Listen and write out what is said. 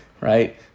right